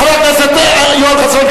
חבר הכנסת יואל חסון,